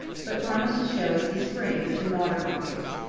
but promise to show us the springs and water pockets,